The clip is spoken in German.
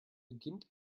beginnt